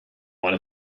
one